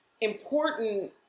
important